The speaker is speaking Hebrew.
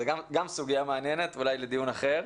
זה גם סוגיה מעניינת ואולי לדיון אחר.